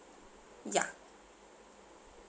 ya